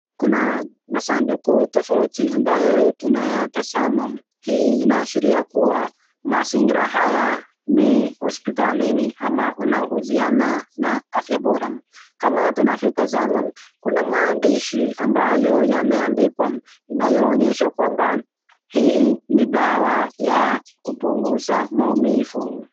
Kuna masanduku tofauti ambayo tunazama, hii inaashiria kuwa mazingira haya ni hospitalini ama inahusiana na afya bora. Kama tunavyotazama kuna maandishi ambayo yameandikwa inayoonyesha kwamba hii ni dawa ya kupunguza maumivu.